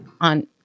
on